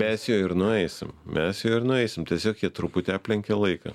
mes juo ir nueisim mes ir juo nueisim tiesiog jie truputį aplenkė laiką